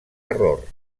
error